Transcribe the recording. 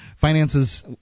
Finances